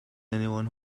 anyone